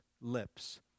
lips